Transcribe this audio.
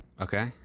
Okay